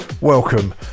Welcome